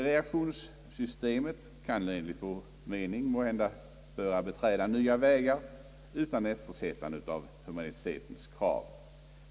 Reaktionssystemet bör enligt vår mening måhända be träda nya vägar utan eftersättande av humanitetens krav.